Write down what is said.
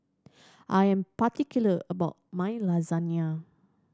I am particular about my Lasagne